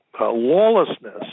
lawlessness